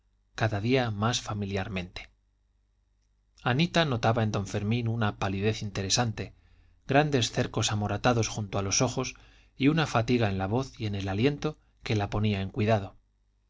cada día más familiarmente anita notaba en don fermín una palidez interesante grandes cercos amoratados junto a los ojos y una fatiga en la voz y en el aliento que la ponía en cuidado